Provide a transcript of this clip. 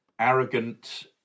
arrogant